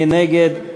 מי נגד?